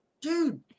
dude